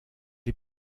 est